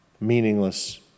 meaningless